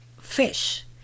fish